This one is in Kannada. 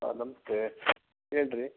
ಹಾಂ ನಮಸ್ತೇ ಹೇಳಿ ರೀ